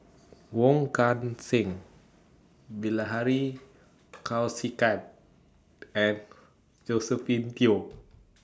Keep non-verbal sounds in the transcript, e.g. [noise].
Wong Kan Seng Bilahari [noise] Kausikan and Josephine Teo [noise]